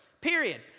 period